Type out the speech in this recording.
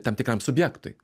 tam tikram subjektui